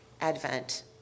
Advent